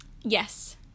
Yes